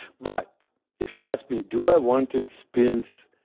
but if you ask me, do i want to experience